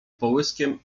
połyskiem